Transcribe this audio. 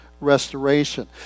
restoration